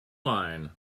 line